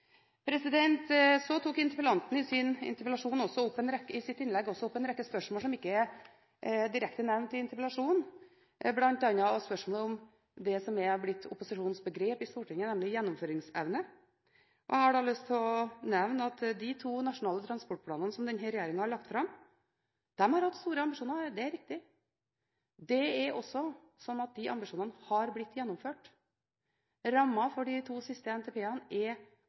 Så tok interpellanten i sitt innlegg også opp en rekke spørsmål som ikke direkte er nevnt i interpellasjonen, bl.a. spørsmålet om det som er blitt opposisjonens begrep i Stortinget, nemlig «gjennomføringsevne». Jeg har da lyst til å nevne at man i de to nasjonale transportplanene som denne regjeringen har lagt fram, har hatt store ambisjoner – det er riktig. Det er også slik at disse ambisjonene har blitt gjennomført. Rammene for de to siste NTP-ene er